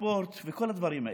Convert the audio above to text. ספורט וכל הדברים האלה.